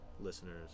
Listeners